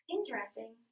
Interesting